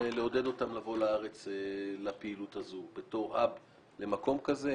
לעודד אותן לבוא לארץ לפעילות הזו בתור --- למקום כזה.